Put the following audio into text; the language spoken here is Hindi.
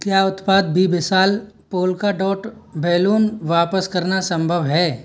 क्या उत्पाद बी विशाल पोल्का डॉट बैलून वापस करना सम्भव है